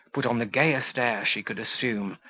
put on the gayest air she could assume,